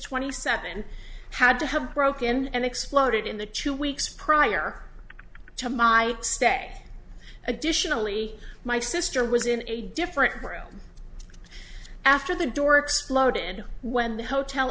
twenty seven had to have broken and exploded in the two weeks prior to my stay additionally my sister was in a different road after the door exploded when the hotel